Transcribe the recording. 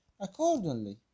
Accordingly